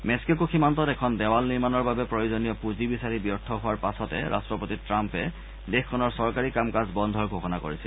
Mexico সীমান্তত এখন দেৱাল নিৰ্মাণৰ বাবে প্ৰয়োজনীয় পুঁজি বিচাৰি ব্যৰ্থ হোৱাৰ পাছতে ৰাট্টপতি ট্ৰাম্পে দেশখনৰ চৰকাৰী কাম কাজ বন্ধৰ ঘোষণা কৰিছিল